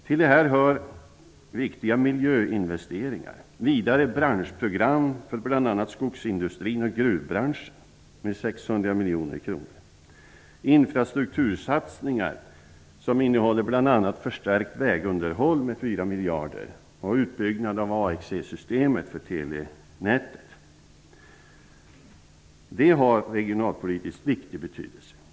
Hit hör vidare viktiga miljöinvesteringar, branschprogram för bl.a. skogsindustrin och gruvbranschen om 600 innehåller förstärkt vägunderhåll om 4 miljarder och utbyggnad av telenätets AXE-system. Detta har stor regionalpolitisk betydelse.